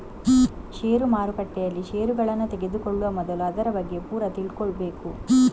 ಷೇರು ಮಾರುಕಟ್ಟೆಯಲ್ಲಿ ಷೇರುಗಳನ್ನ ತೆಗೆದುಕೊಳ್ಳುವ ಮೊದಲು ಅದರ ಬಗ್ಗೆ ಪೂರ ತಿಳ್ಕೊಬೇಕು